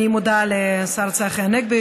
אני מודה לשר צחי הנגבי,